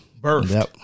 Birth